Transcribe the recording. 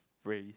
brave